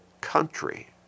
country